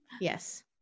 Yes